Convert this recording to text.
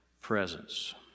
presence